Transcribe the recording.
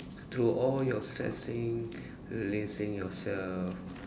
to all your stressing releasing yourself